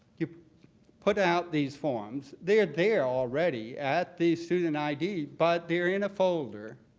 you put out these forms. they are there already, at the student id, but they're in a folder,